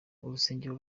urusengero